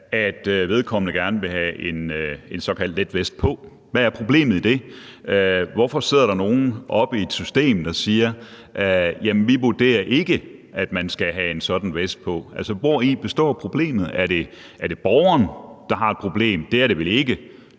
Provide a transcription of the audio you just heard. er usikkert, gerne vil have en såkaldt letvest på? Hvad er problemet i det? Hvorfor sidder der nogle oppe i systemet og siger: Jamen vi vurderer ikke, at man skal have en sådan vest på? Altså, hvori består problemet? Er det borgeren, der har et problem? Det er det vel ikke.